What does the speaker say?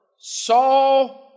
saw